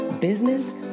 business